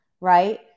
right